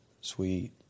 sweet